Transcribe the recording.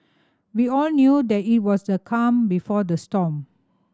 we all knew that it was the calm before the storm